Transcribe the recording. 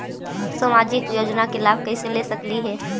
सामाजिक योजना के लाभ कैसे ले सकली हे?